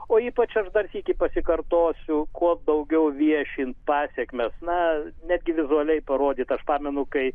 o ypač ir dar sykį pasikartosiu kuo daugiau viešint pasekmes na netgi vizualiai parodyt aš pamenu kai